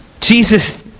Jesus